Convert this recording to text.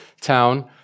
town